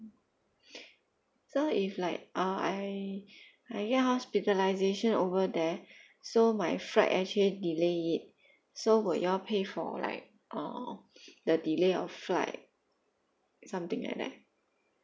mm so if like uh I I got hospitalisation over there so my flight actually delay it so will you all pay for like uh the delay of flight something like that